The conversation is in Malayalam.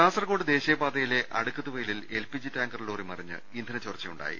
കാസർകോട് ദേശീയപാതയിലെ അടുക്കത്തു വയലിൽ L P G tanker lorry മറിഞ്ഞ് ഇന്ധന ചോർച്ചയുണ്ടായി